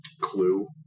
Clue